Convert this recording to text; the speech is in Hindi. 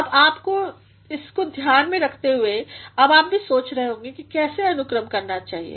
अब इसको ध्यान में रखते हुए आप भी सोच सकते हैं कैसे अनुक्रम करना चाहिए